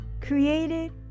created